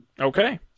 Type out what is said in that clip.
Okay